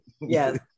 Yes